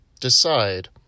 decide